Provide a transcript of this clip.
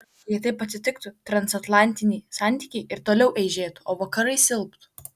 jei taip atsitiktų transatlantiniai santykiai ir toliau eižėtų o vakarai silptų